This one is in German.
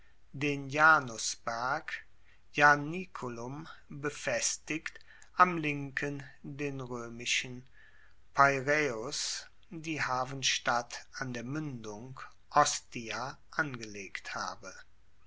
den janusberg ianiculum befestigt am linken den roemischen peiraeeus die hafenstadt an der muendung ostia angelegt habe